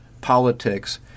politics